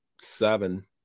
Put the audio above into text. seven